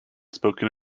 spoken